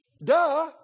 Duh